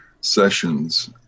sessions